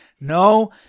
No